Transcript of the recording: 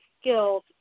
skills